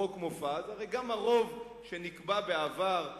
"חוק מופז" הרי גם הרוב שנקבע בעבר,